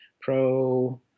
pro